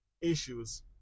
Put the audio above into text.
issues